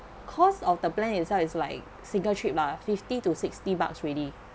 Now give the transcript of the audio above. cost of the plan itself is like single trip lah fifty to sixty bucks already